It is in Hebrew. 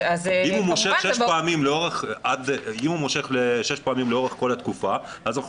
אם הוא מושך שש פעמים לאורך התקופה אז אנחנו